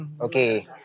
Okay